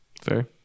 Fair